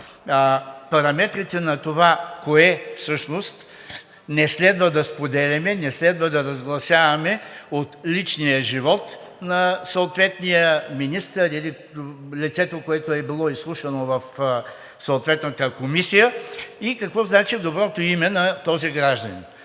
параметрите на това кое всъщност не следва да споделяме и не следва да разгласяваме от личния живот на съответния министър или лицето, което е било изслушано в съответната комисия, и какво значи „доброто име“ на този гражданин.